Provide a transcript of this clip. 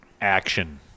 action